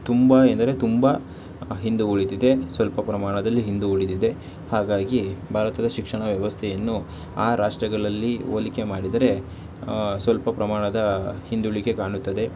ತುಂಬ ಎಂದರೆ ತುಂಬ ಹಿಂದೆ ಉಳಿದಿದೆ ಸ್ವಲ್ಪ ಪ್ರಮಾಣದಲ್ಲಿ ಹಿಂದೆ ಉಳಿದಿದೆ ಹಾಗಾಗಿ ಭಾರತದ ಶಿಕ್ಷಣ ವ್ಯವಸ್ಥೆಯನ್ನು ಆ ರಾಷ್ಟ್ರಗಳಲ್ಲಿ ಹೋಲಿಕೆ ಮಾಡಿದರೆ ಸ್ವಲ್ಪ ಪ್ರಮಾಣದ ಹಿಂದುಳಿಕೆ ಕಾಣುತ್ತದೆ